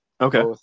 Okay